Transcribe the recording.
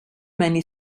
many